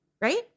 Right